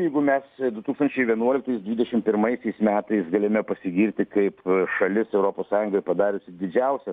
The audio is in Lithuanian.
jeigu mes du tūkstančiai vienuoliktais dvidešimt pirmaisiais metais galime pasigirti kaip šalis europos sąjungoj padariusi didžiausią